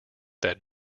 that